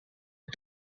are